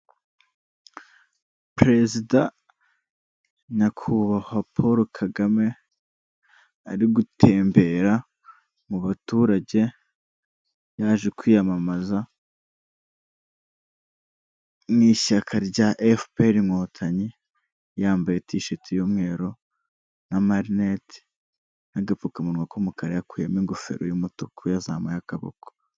Perezida nyakubahwa Paul Kagame ari gutembera mu baturage yaje kwiyamamaza mu ishyaka rya FPR inkotanyi, yambaye tisheti y'umweru n'amarinete n'agapfukamunwa k'umukara, yakuyemo ingofero y'umutuku yazamuye akaboko.